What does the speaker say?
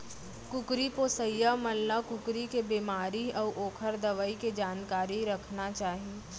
कुकरी पोसइया मन ल कुकरी के बेमारी अउ ओकर दवई के जानकारी रखना चाही